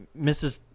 Mrs